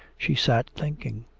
she sat thinking.